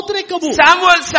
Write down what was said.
Samuel